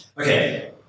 Okay